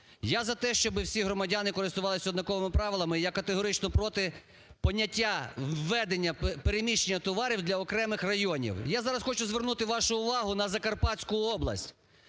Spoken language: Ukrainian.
Я за те, щоб всі громадяни користувалися однаковими правилами, я категорично проти поняття введення, переміщення товарів для окремих районів. Я зараз хочу звернути вашу увагу на Закарпатську область,